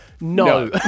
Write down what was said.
No